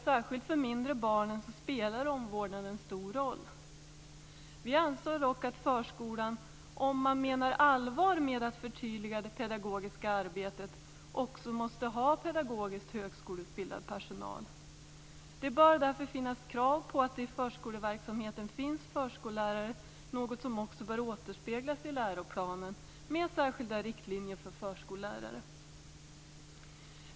Särskilt för mindre barn spelar omvårdnaden en stor roll. Vi anser dock att förskolan, om man menar allvar med att förtydliga det pedagogiska arbetet, också måste ha pedagogiskt högskoleutbildad personal. Det bör därför finnas krav på att det i förskoleverksamheten finns förskollärare, något som också bör återspeglas i läroplanen med särskilda riktlinjer för förskollärare.